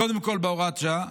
קודם כול בהוראת השעה,